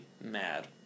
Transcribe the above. mad